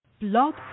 Blog